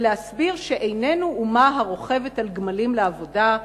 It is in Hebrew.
להסביר שאיננו אומה הרוכבת על גמלים לעבודה,